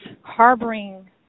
harboring